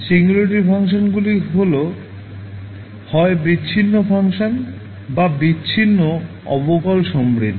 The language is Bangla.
সিঙ্গুলারিটি ফাংশনগুলি হল হয় বিচ্ছিন্ন ফাংশন বা বিচ্ছিন্ন অবকলন সমৃদ্ধ